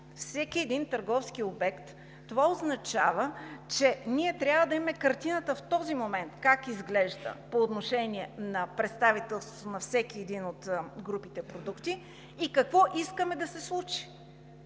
Всеки един търговски обект – това означава, че ние трябва да имаме картината в този момент как изглежда по отношение на представителството на всеки един от групите продукти и какво искаме да се случи.